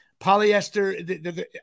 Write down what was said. polyester